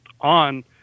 on